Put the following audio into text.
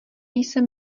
jsem